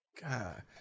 god